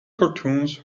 cartoons